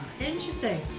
interesting